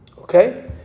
Okay